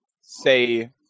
say